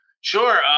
Sure